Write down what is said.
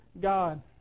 God